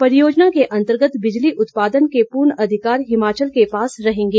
परियोजना के अंतर्गत बिजली उत्पादन के पूर्ण अधिकार हिमाचल के पास रहेंगे